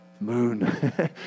moon